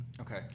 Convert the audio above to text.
Okay